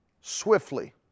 swiftly